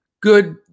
good